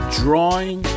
drawing